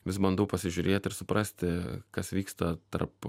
vis bandau pasižiūrėt ir suprasti kas vyksta tarp